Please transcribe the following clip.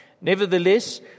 Nevertheless